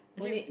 won't it